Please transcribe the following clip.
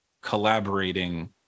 collaborating